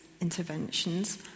interventions